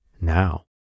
now